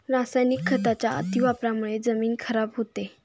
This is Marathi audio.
रासायनिक खतांच्या अतिवापरामुळे जमीन खराब होते